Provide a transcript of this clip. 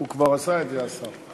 הוא כבר עשה את זה, השר.